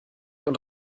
und